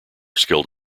skilled